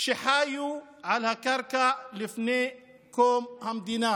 שחיו על הקרקע לפני קום המדינה